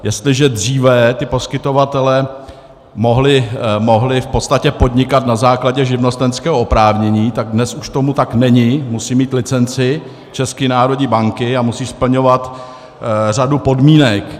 Jestliže dříve ti poskytovatelé mohli v podstatě podnikat na základě živnostenského oprávnění, dnes už tomu tak není, musí mít licenci České národní banky a musí splňovat řadu podmínek.